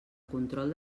control